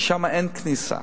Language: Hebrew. ושם אין כניסה,